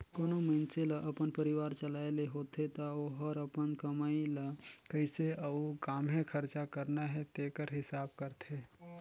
कोनो मइनसे ल अपन परिवार चलाए ले होथे ता ओहर अपन कमई ल कइसे अउ काम्हें खरचा करना हे तेकर हिसाब करथे